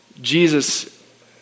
Jesus